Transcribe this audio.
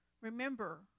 remember